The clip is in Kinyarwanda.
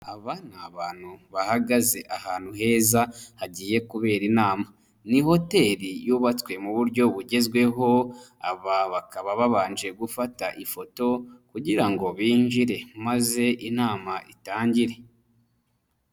Aba ni abantu bahagaze ahantu heza hagiye kubera inama. Ni hoteli yubatswe mu buryo bugezweho bakaba babanje gufata ifoto kugira ngo binjire maze inama itangire.